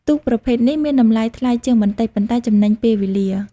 ទូកប្រភេទនេះមានតម្លៃថ្លៃជាងបន្តិច ប៉ុន្តែចំណេញពេលវេលា។